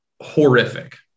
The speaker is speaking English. horrific